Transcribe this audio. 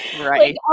Right